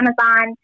Amazon